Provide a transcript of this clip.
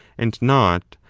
and not,